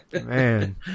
man